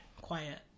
quiet